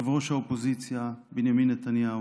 ראש האופוזיציה בנימין נתניהו,